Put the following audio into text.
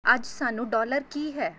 ਅੱਜ ਸਾਨੂੰ ਡੋਲਰ ਕੀ ਹੈ